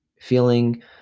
feeling